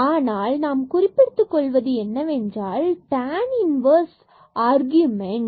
ஆனால் நாம் குறிப்பெடுத்துக் கொள்வது என்னவென்றால் இது டேன் tan இன்வர்ஸ் ஆக்ர்யூமெண்ட்